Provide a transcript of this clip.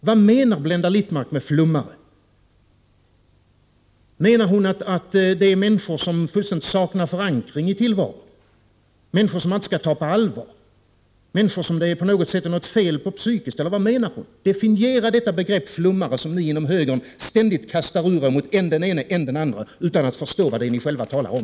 Vad menar Blenda Littmarck med flummare? Menar hon människor som fullständigt saknar förankring i tillvaron, människor som man inte skall ta på allvar, människor som det är på något sätt fel på psykiskt — vad menar hon? Definiera detta begrepp — flummare — som ni inom högern ständigt kastar ur er mot än den ene, än den andre utan att förstå vad det är ni själva talar om!